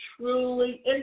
truly